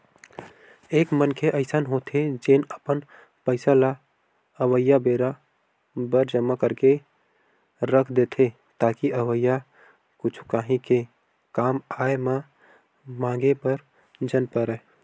एक मनखे अइसन होथे जेन अपन पइसा ल अवइया बेरा बर जमा करके के रख देथे ताकि अवइया कुछु काही के कामआय म मांगे बर झन परय